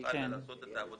שהוא יוכל לעשות את העבודה